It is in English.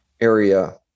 area